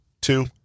Two